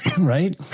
Right